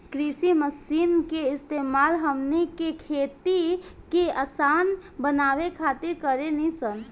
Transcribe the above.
कृषि मशीन के इस्तेमाल हमनी के खेती के असान बनावे खातिर कारेनी सन